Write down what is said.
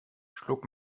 schlug